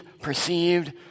perceived